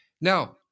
Now